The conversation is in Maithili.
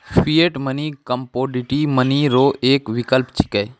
फिएट मनी कमोडिटी मनी रो एक विकल्प छिकै